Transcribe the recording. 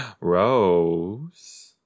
Rose